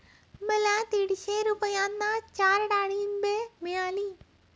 मला दीडशे रुपयांना चार डाळींबे मिळाली